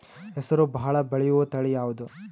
ಹೆಸರು ಭಾಳ ಬೆಳೆಯುವತಳಿ ಯಾವದು?